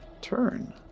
turn